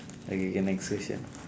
okay K next question